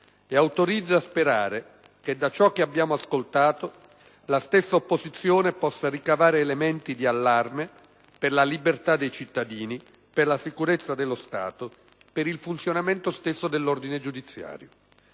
e autorizza a sperare che da ciò che abbiamo ascoltato la stessa opposizione possa ricavare elementi di allarme per la libertà dei cittadini, per la sicurezza dello Stato e per il funzionamento stesso dell'ordine giudiziario,